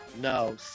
No